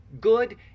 good